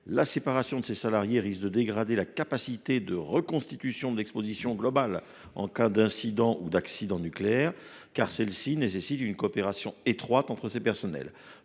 La séparation de ces salariés risque de dégrader la capacité de reconstitution de l’exposition globale en cas d’incident ou d’accident nucléaire, car celle ci nécessite une coopération étroite entre ces personnels.